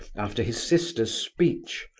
after his sister's speech.